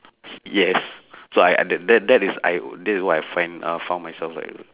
yes so I that that that is I what I find uh found myself like that